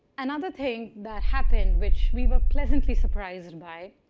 another thing that happened, which we were pleasantly surprised by,